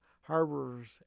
harbors